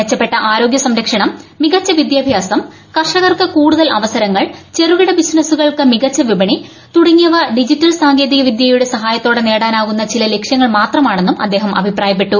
മെച്ചപ്പെട്ട ആരോഗ്യ സംരക്ഷണം മികച്ച വിദ്യാഭ്യാസം കർഷകർക്ക് കൂടുതൽ അവസരങ്ങൾ ചെറുകിട ബിസിനസുകൾക്ക് മികച്ച വിപണി തുടങ്ങിയവ ഡിജിറ്റൽ സാങ്കേതികവിദ്യകളുടെ സഹായത്തോടെ നേടാനാകുന്ന ചില ലക്ഷ്യങ്ങൾ മാത്രമാണെന്നും അദ്ദേഹം അഭിപ്രായപ്പെട്ടു